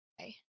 Okay